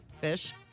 Fish